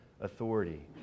authority